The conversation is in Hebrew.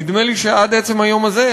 נדמה לי שעד עצם היום הזה,